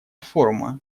форума